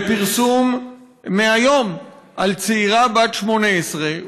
לפרסום מהיום על צעירה בת 18,